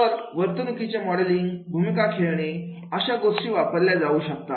तर वर्तणुकीचे मॉडेलिंग भूमिका खेळणे अशा गोष्टी वापरल्या जाऊ शकतात